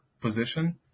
position